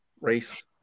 race